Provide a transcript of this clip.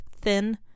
thin